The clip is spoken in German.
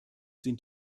sind